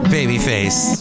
Babyface